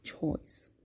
choice